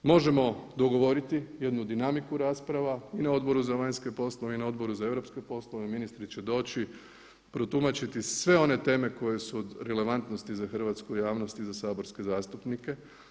Možemo dogovoriti jednu dinamiku rasprava i na Odboru za vanjske poslove i na Odboru za europske poslove, ministri će doći, protumačiti sve one teme koje su od relevantnosti za hrvatsku javnost i za saborske zastupnike.